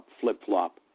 flip-flop